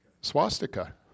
Swastika